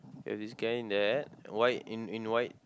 there's this guy in that white in in white